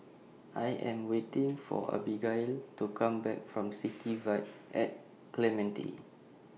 I Am waiting For Abigail to Come Back from City Vibe At Clementi